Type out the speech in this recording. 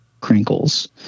crinkles